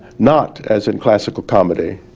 not as in classical comedy,